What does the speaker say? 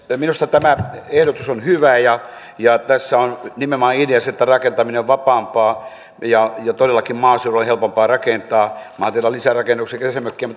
minusta tämä ehdotus on hyvä ja ja tässä on nimenomaan idea se että rakentaminen on vapaampaa ja todellakin maaseudulle on helpompaa rakentaa maatilan lisärakennuksia ja kesämökkejä